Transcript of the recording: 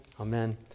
amen